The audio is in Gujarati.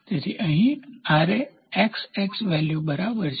તેથી અહીં Ra XX વેલ્યુની બરાબર છે